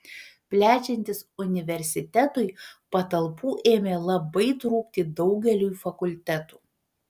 plečiantis universitetui patalpų ėmė labai trūkti daugeliui fakultetų